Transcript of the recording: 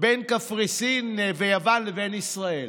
בין קפריסין ויוון לבין ישראל.